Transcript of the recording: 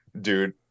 dude